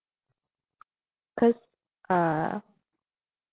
cause uh